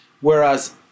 Whereas